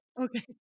okay